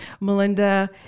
Melinda